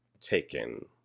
taken